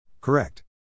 Correct